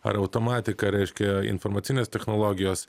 ar automatiką reiškia informacinės technologijos